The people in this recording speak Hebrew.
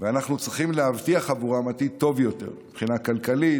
ואנחנו צריכים להבטיח עבורם עתיד טוב יותר מבחינה כלכלית,